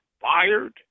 fired